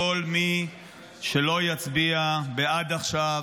כל מי שלא יצביע בעד עכשיו,